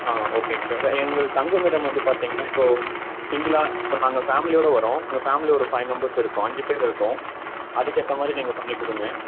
ஆ ஓகேங்க சார் எங்களுக்கு தங்குமிடம் வந்து பார்த்தீங்கன்னா இப்போது சிங்கிளாக இப்போ நாங்கள் ஃபேம்லியோடு வரோம் எங்கள் ஃபேம்லி ஒரு ஃபை நம்பர்ஸ் இருக்கோம் அஞ்சு பேர் இருக்கோம் அதுக்கு ஏற்ற மாதிரி நீங்கள் பண்ணிக் கொடுங்க